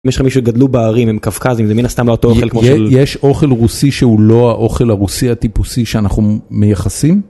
יש לך מישהו גדלו בערים עם קפקזים זה מן הסתם לא טוב יש אוכל רוסי שהוא לא האוכל הרוסי הטיפוסי שאנחנו מייחסים?